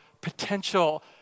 potential